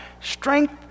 strength